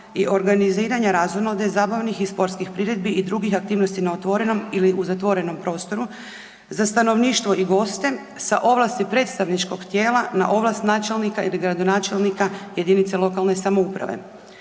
i organiziranja razonode, zabavnih i sportskih priredbi na otvorenom ili u zatvorenom prostoru za stanovništvo i goste sa ovlasti predstavničkog tijela na ovlast načelnika ili gradonačelnika jedinice lokalne samouprave.